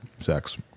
Sex